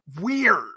weird